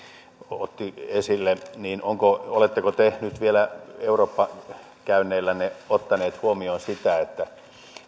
otti esille oletteko vielä eurooppa käynneillänne ottaneet huomioon sitä että